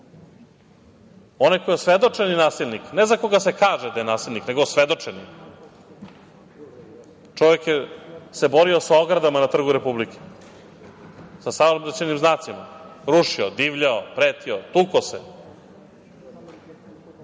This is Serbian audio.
Onaj koji je osvedočeni nasilnik, ne za koga se kaže da je nasilnik, nego osvedočeni, čovek se borio sa ogradama na Trgu Republike, sa saobraćajnim znacima, rušio, divljao, pretio, tukao se,